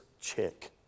chick